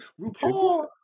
RuPaul